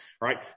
right